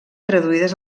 traduïdes